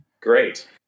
Great